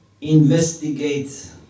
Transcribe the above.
investigate